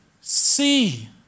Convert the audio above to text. see